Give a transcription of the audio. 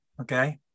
Okay